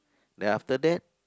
then after that